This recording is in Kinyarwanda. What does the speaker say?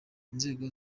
inzego